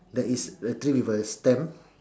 that is a tree with a stamp